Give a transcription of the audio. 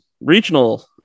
Regional